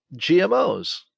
GMOs